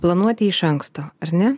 planuoti iš anksto ar ne